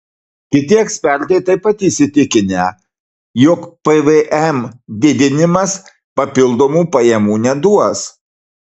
kiti ekspertai taip pat įsitikinę jog pvm didinimas papildomų pajamų neduos